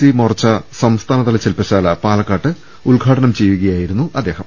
C മോർച്ച സംസ്ഥാനതല ശില്പശാല പാലക്കാട്ട് ഉദ്ഘാടനം ചെയ്യുകയായിരുന്നു അദ്ദേഹം